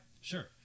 Sure